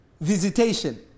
visitation